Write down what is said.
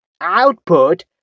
output